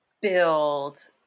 build